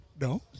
No